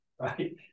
right